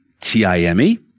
T-I-M-E